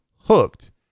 Hooked